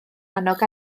annog